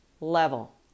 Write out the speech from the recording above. level